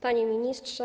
Panie Ministrze!